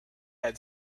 had